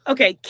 Okay